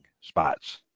spots